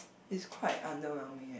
it's quite underwhelming eh